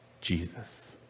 Jesus